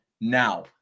now